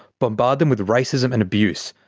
bombard them with racism and abuse,